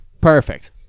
perfect